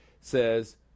says